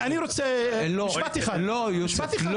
אני רוצה משפט אחד, משפט אחד.